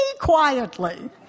quietly